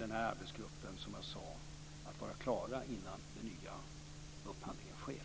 den här arbetsgruppen, som jag sade, försöka vara klar innan den nya upphandlingen sker.